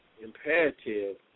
imperative